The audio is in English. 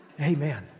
Amen